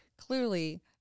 clearly